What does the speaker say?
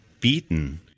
beaten